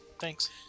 Thanks